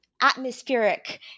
atmospheric